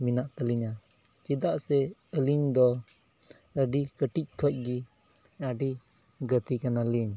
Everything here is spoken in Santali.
ᱢᱮᱱᱟᱜ ᱛᱟᱹᱞᱤᱧᱟ ᱪᱮᱫᱟᱜ ᱥᱮ ᱟᱹᱞᱤᱧ ᱫᱚ ᱟᱹᱰᱤ ᱠᱟᱹᱴᱤᱡ ᱠᱷᱚᱱ ᱜᱮ ᱟᱹᱰᱤ ᱜᱟᱛᱮ ᱠᱟᱱᱟ ᱞᱤᱧ